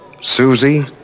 Susie